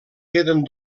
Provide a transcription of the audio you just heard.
queden